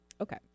Okay